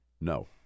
no